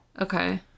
okay